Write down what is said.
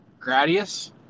Gradius